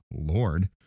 Lord